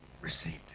received